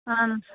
اہن حظ